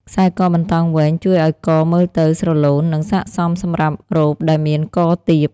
ខ្សែកបណ្តោងវែង ជួយឲ្យកមើលទៅស្រឡូន និងស័ក្តិសមសម្រាប់រ៉ូបដែលមាន ក ទាប។